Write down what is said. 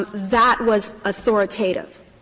that was authoritative,